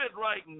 right